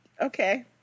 Okay